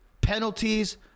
Penalties